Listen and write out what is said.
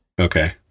Okay